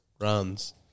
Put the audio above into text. Runs